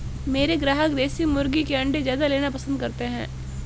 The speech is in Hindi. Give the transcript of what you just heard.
मेरे ग्राहक देसी मुर्गी के अंडे ज्यादा लेना पसंद करते हैं